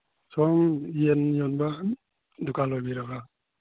ꯁꯣꯝ ꯌꯦꯟ ꯌꯣꯟꯕ ꯗꯨꯀꯥꯟ ꯑꯣꯏꯕꯤꯔꯕ